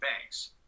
banks